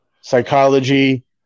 psychology